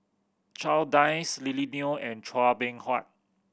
Charles Dyce Lily Neo and Chua Beng Huat